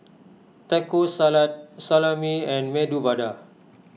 Taco Salad Salami and Medu Vada